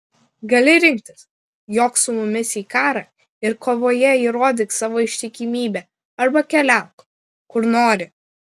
gali rinktis jok su mumis į karą ir kovoje įrodyk savo ištikimybę arba keliauk kur nori